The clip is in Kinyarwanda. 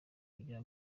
kujya